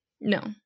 no